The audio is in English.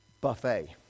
buffet